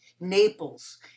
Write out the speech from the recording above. Naples